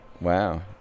Wow